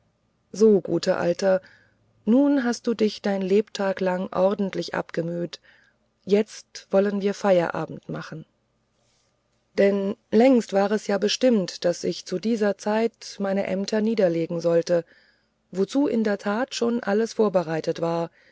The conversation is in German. so guter alter nun hast du dich dein lebtag lang ordentlich abgemüht jetzt wollen wir feierabend machen denn längst war es ja bestimmt daß ich zu dieser zeit meine ämter niederlegen sollte wozu in der tat schon alles vorbereitet war